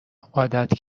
عادت